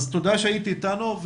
תודה שהיית איתנו.